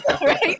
Right